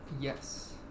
yes